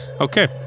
Okay